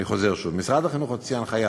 אני חוזר שוב: משרד החינוך הוציא הנחיה